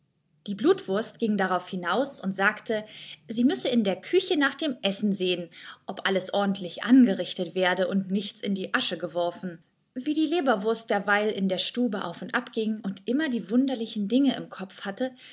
die blutwurst ging darauf hinaus und sagte sie müsse in der küche nach dem essen sehen ob alles ordentlich angerichtet werde und nichts in die asche geworfen wie die leberwurst derweil in der stube auf und abging und immer die wunderlichen dinge im kopf hatte